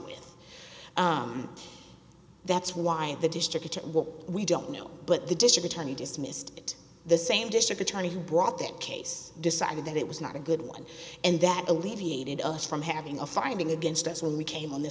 charged that's why the distributor what we don't know but the district attorney dismissed it the same district attorney who brought that case decided that it was not a good one and that alleviated us from having a finding against us when we came on the